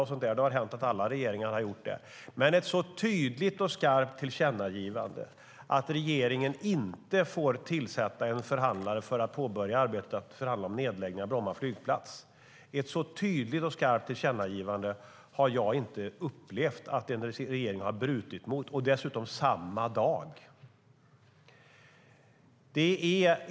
Men jag har inte tidigare upplevt att en regering har brutit mot ett sådant tydligt och skarpt tillkännagivande som att regeringen inte fick tillsätta en utredare för att påbörja arbetet med att förhandla om en nedläggning av Bromma flygplats - och dessutom samma dag.